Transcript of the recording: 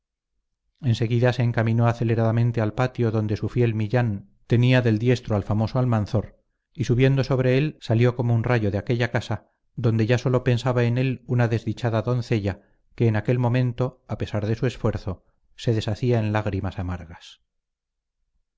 última enseguida se encaminó aceleradamente al patio donde su fiel millán tenía del diestro al famoso almanzor y subiendo sobre él salió como un rayo de aquella casa donde ya solo pensaba en él una desdichada doncella que en aquel momento a pesar de su esfuerzo se deshacía en lágrimas amargas